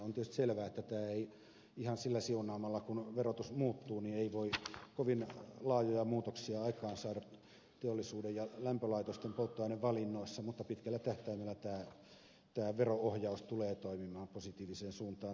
on tietysti selvää että tämä ei ihan sillä siunaamalla kun verotus muuttuu voi kovin laajoja muutoksia aikaansaada teollisuuden ja lämpölaitosten polttoainevalinnoissa mutta pitkällä tähtäimellä tämä vero ohjaus tulee toimimaan positiiviseen suuntaan tässäkin mielessä